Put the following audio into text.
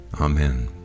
Amen